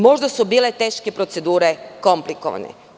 Možda su bile teške procedure, komplikovane.